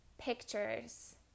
pictures